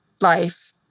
life